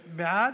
בעד,